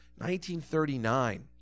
1939